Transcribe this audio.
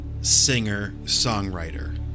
singer-songwriter